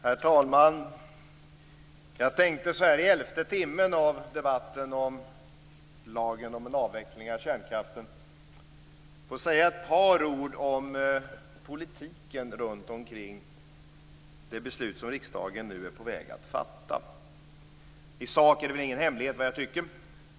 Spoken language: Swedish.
Herr talman! Jag tänkte så här i elfte timmen av debatten om lagen om en avveckling av kärnkraften säga ett par ord om politiken runtomkring det beslut som riksdagen nu är på väg att fatta. I sak är det ingen hemlighet vad jag tycker.